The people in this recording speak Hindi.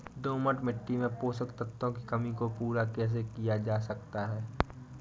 दोमट मिट्टी में पोषक तत्वों की कमी को पूरा कैसे किया जा सकता है?